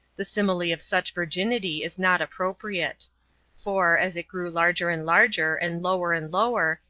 the simile of such virginity is not inappropriate for, as it grew larger and larger and lower and lower,